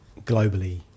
globally